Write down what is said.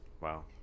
Wow